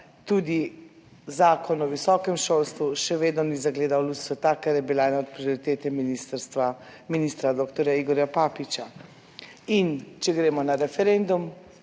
tudi Zakon o visokem šolstvu še vedno ni zagledal luč sveta, kar je bila ena od prioritet ministrstva ministra doktorja Igorja Papiča. In če gremo na referendum,